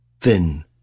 Thin